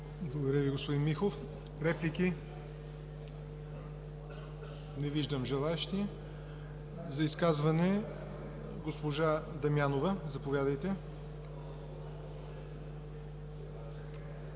Ви, господин Михов. Реплики? Не виждам. Желаещи за изказване? Госпожо Дамянова, заповядайте.